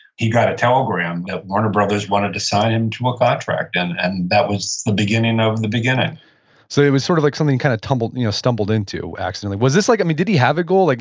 he got a telegram that warner brothers wanted to sign him to a contract. and and that was the beginning of the beginning so, it was sort of like something kind of he and you know stumbled into, accidentally. was this, like i mean, did he have a goal, like